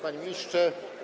Panie Ministrze!